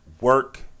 work